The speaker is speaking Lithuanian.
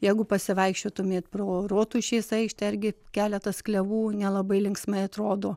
jeigu pasivaikščiotumėt pro rotušės aikštę irgi keletas klevų nelabai linksmai atrodo